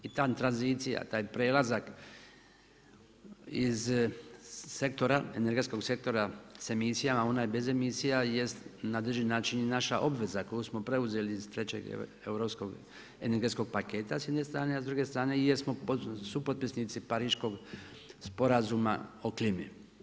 I ta tranzicija, taj prelazak iz sektora, energetskog sektora sa emisija u onaj bez emisija jest na određeni način i naša obveza koju smo preuzeli iz trećeg energetskog paketa s jedne strane, a s druge strane i jesmo su potpisnici Pariškog sporazuma o klimi.